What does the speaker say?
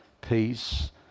peace